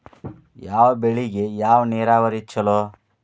ಯಾವ ಬೆಳಿಗೆ ಯಾವ ನೇರಾವರಿ ಛಲೋ?